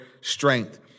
strength